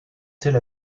tel